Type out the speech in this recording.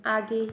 आगे